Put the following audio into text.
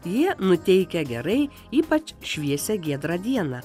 jie nuteikia gerai ypač šviesią giedrą dieną